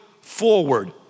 forward